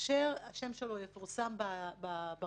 שכאשר השם שלו יפורסם ברשת,